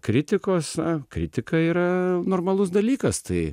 kritikos kritika yra normalus dalykas tai